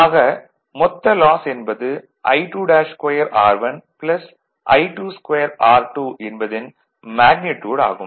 ஆக மொத்த லாஸ் என்பது I2'2R1 I22R2 என்பதின் மேக்னிட்யூட் ஆகும்